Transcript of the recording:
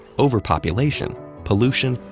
overpopulation, pollution,